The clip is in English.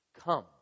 Come